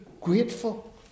grateful